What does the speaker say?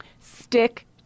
stick